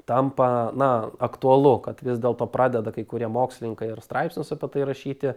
tampa na aktualu kad vis dėlto pradeda kai kurie mokslininkai ir straipsnius apie tai rašyti